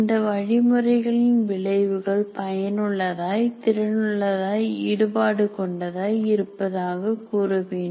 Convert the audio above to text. இந்த வழிமுறைகளின் விளைவுகள் பயனுள்ளதாய் திறனுள்ளதாய் ஈடுபாடு கொண்டதாய் இருப்பதாக கூறவேண்டும்